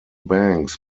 banks